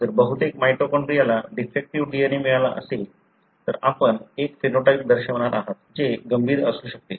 जर बहुतेक माइटोकॉन्ड्रियाला डिफेक्टीव्ह DNA मिळाला असेल तर आपण एक फिनोटाइप दर्शवणार आहात जे गंभीर असू शकते